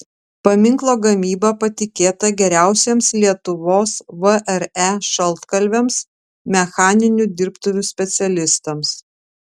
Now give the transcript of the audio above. paminklo gamyba patikėta geriausiems lietuvos vre šaltkalviams mechaninių dirbtuvių specialistams